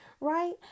Right